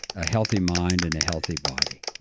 a healthy mind and a healthy body,